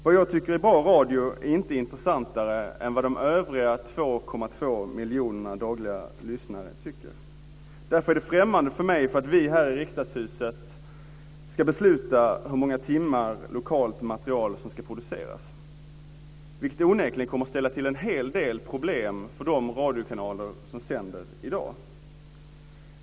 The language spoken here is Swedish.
Vad jag tycker är bra radio är inte intressantare än vad de övriga 2,2 miljonerna dagliga lyssnare tycker. Det är därför främmande för mig att vi här i riksdagshuset ska besluta hur många timmar lokalt material som ska produceras. Det kommer onekligen att ställa till en hel del problem för de radiokanaler som sänder i dag.